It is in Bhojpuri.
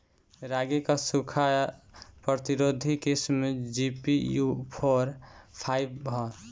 रागी क सूखा प्रतिरोधी किस्म जी.पी.यू फोर फाइव ह?